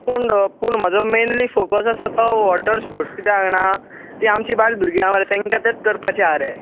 पूण पूण म्हजो मेनली फोकस आसा तो वोटर स्पोर्टस कित्याक जाणा ती आमची बायल भुरगीं आहा तेंका तेत करपाचे आहा रे